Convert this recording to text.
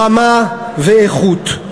רמה ואיכות,